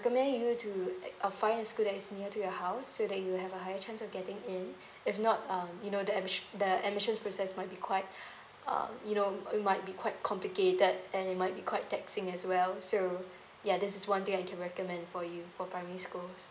recommend you to a finest school that is near to your house so that you will have a higher chance of getting in if not um you know the the admins~ the admissions process might be quite uh you know um it might be quite complicated and it might be quite taxing as well so ya this is one thing I can recommend for you for primary school